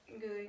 good